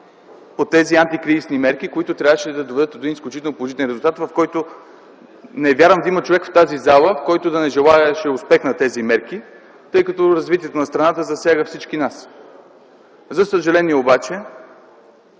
по тези антикризисни мерки, които трябваше да доведат до един изключително положителен резултат. Не вярвам да има човек в тази зала, който да не желае успех на тези мерки, тъй като развитието на страната засяга всички нас. За съжаление обаче,